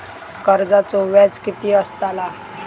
कर्जाचो व्याज कीती असताला?